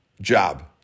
job